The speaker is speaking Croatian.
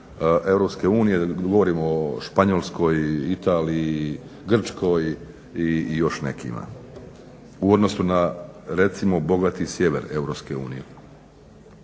Europske unije, govorim o Španjolskoj, Italiji, Grčkoj i još nekima, u odnosu na recimo bogati sjever Europske unije.